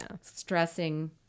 stressing